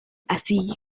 así